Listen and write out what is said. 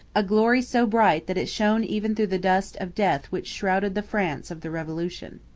a glory so bright that it shone even through the dust of death which shrouded the france of the revolution.